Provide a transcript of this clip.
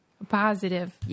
positive